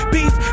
Beef